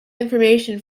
information